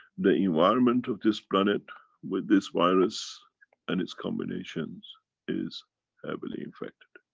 the environment of this planet with this virus and its combinations is heavily infected.